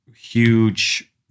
huge